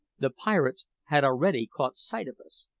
the pirates had already caught sight of us,